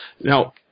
Now